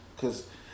Cause-